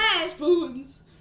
spoons